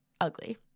ugly